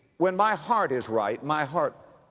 when my heart is right, my heart,